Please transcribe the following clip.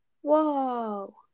whoa